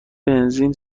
بنزین